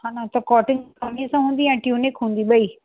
हान कॉटन धाॻे सां हूंदी कि ट्यूनिक हूंदी ॿई